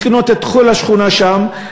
לקנות את כל השכונה שם,